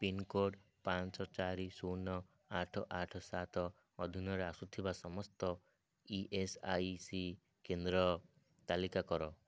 pincode ପାଞ୍ଚ ଚାରି ଶୂନ ଆଠ ଆଠ ସାତ ଅଧୀନରେ ଆସୁଥିବା ସମସ୍ତ ଇ ଏସ୍ ଆଇ ସି କେନ୍ଦ୍ର ତାଲିକା କର